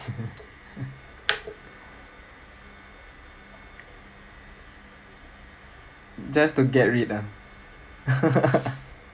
just to get rid ah